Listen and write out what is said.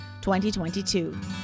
2022